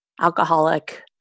alcoholic